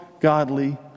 godly